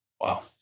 Wow